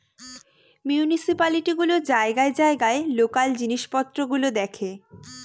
municipality গুলো জায়গায় জায়গায় লোকাল জিনিস পত্র গুলো দেখে